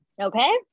okay